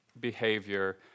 behavior